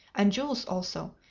and jewels also,